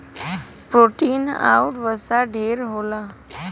protein आउर वसा ढेर होला